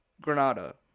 Granada